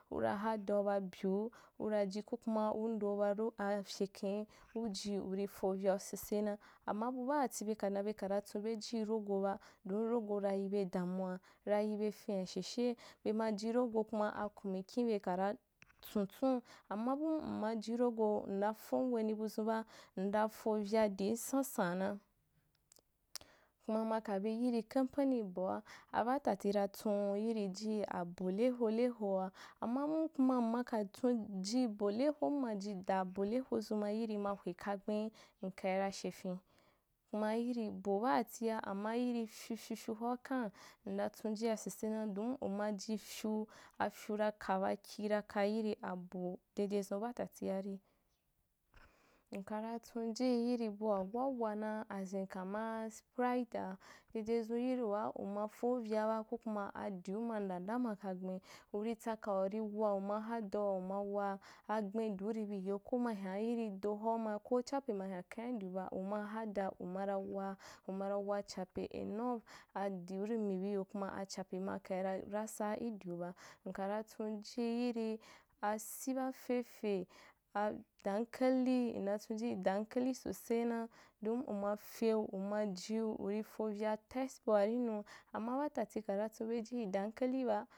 Ura hadau ba bue, uraji ko kuma u ndeu ba ro aafyekhen uji uri fovya sasena, amma bi baati beka dan bena tsunbeji rogoba, don rogo ra yibe dan muwai ra yibe fen’asheshe bema ji rogo kuma akunmi kiube kara tsantsun amma bum m majirogo nna kom wenì bu zunba, nda fovya dim sansanna, kuma makabi yi kam peni boa, abatati ratsun yirì ji abo le ho le hoa, ama bum kuma mma katsun ji bo leho m majidaa bo leho zun ma yirì ma hwa kagben, nkai ra shefen, kuma yirì bo baatia amma yirì fyu fyu fyu hoa kam nda tsunjia sosena, dom umaji fyu, afyu ra ka ba kira ka yiri abo dede zun ba atati ri, nka tsunji yiri bua wawana as in kamaa sprite ra dedezun yirì waa uma roayaba ko kuma asiu ma nda nda ma kagben, urì tsaka urì wa uma hadau uma waa, agben diu rî biyo, ko ma hyan yirì do hoa ma, ko chape ma hyan khen’a idiu ba, uma hada una wa uwa ra wa chaoe enough adiu ri mi biyo, kuma achape makai ra rasaa idiuba, nkara tsunji yiri asī baa fefe, a dankali, nda tsunji dankali sosena, don uma feu, uajiu uri fovya tast bua ri nu, amma baa tati kəna tsunbe ji dankaliba.